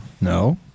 No